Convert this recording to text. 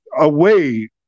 away